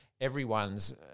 everyone's